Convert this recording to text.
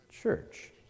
church